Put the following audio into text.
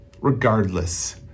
regardless